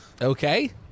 Okay